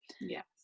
Yes